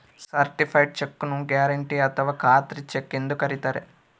certified check ನ್ನು guarantee ಅಥಾವ ಖಾತ್ರಿ ಚೆಕ್ ಎಂದು ಕರಿತಾರೆ